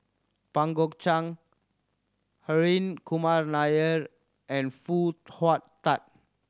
Pang Guek Cheng Hri Kumar Nair and Foo Hong Tatt